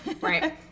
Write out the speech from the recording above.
right